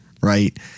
Right